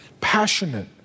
passionate